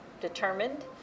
determined